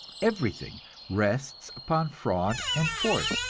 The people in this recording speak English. everything rests upon fraud and force,